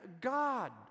God